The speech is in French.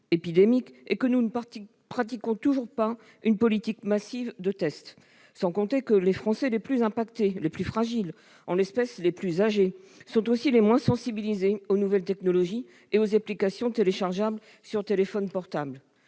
et que nous ne pratiquons toujours pas une politique massive de tests. Et c'est sans compter que les Français les plus affectés, les plus fragiles, en l'espèce les plus âgés, sont aussi les moins sensibilisés aux nouvelles technologies et aux applications téléchargeables sur téléphone portable.